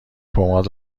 پماد